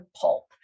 pulp